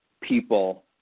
people